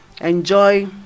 enjoy